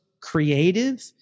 creative